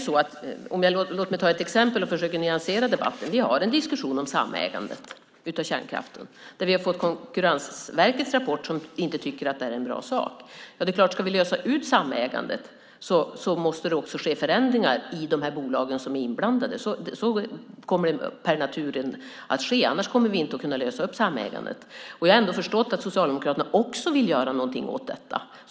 Låt mig ta ett exempel och försöka nyansera debatten. Vi har en diskussion om samägandet av kärnkraften och vi har fått Konkurrensverkets rapport där man inte tycker att det här är en bra sak. Ska vi lösa ut samägandet måste det också ske förändringar i de bolag som är inblandade. Så kommer av naturliga skäl att ske, annars kommer vi inte att kunna lösa upp samägandet. Jag har ändå förstått att Socialdemokraterna också vill göra någonting åt detta.